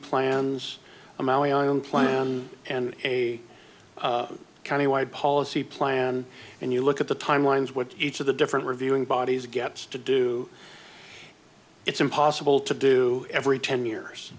own plan and a county wide policy plan and you look at the timelines what each of the different reviewing bodies gets to do it's impossible to do every ten years